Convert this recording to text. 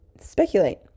speculate